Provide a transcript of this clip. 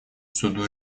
суду